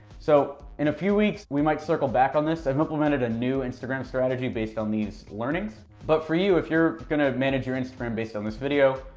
so in a few weeks we might circle back on this. i've implemented a new instagram strategy based on these learnings. but for you, if you're gonna manage your instagram based on this video,